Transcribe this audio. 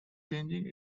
changing